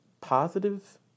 positive